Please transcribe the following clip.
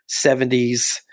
70s